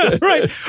right